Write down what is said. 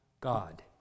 God